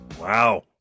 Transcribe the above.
Wow